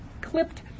clipped